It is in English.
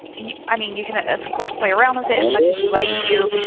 you i mean you can of course play around with it as much as you like to,